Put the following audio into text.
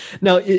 Now